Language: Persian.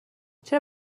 چرا